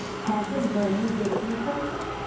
have a burning baking question?